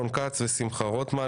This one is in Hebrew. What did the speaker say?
רון כץ ושמחה רוטמן.